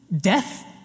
Death